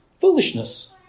Foolishness